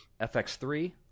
FX3